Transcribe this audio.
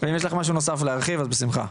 ואם יש לך משהו נוסף להרחיב אז בשמחה.